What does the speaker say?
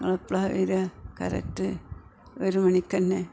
നിങ്ങൾ എപ്പോളാണ് വരുക കറക്റ്റ് ഒരു മണിക്കുതന്നെ